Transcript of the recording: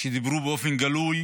שאמרו באופן גלוי